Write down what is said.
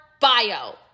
bio